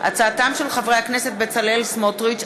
בהצעתם של חברי הכנסת בצלאל סמוטריץ,